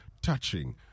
touching